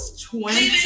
twenty